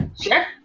Sure